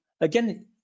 again